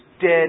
dead